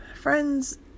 friends